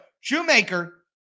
Shoemaker